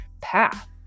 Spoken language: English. path